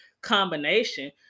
combination